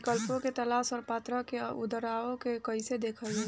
विकल्पों के तलाश और पात्रता और अउरदावों के कइसे देखल जाइ?